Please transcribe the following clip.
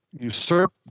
usurp